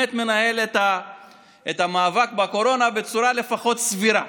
באמת מנהל את המאבק בקורונה בצורה לפחות סבירה,